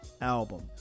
album